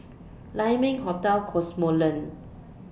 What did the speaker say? Lai Ming Hotel Cosmoland